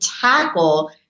tackle